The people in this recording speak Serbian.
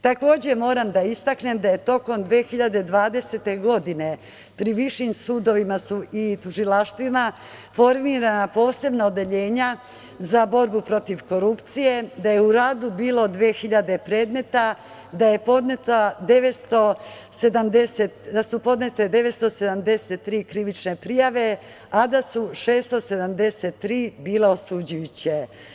Takođe moram da istaknem da je tokom 2020. godine pri višim sudovima i tužilaštvima su formirana posebna odeljenja za borbu protiv korupcije, da je u radu bilo 2.000 predmeta, da su podnete 973 krivične prijave, a da su 673 bile osuđujuće.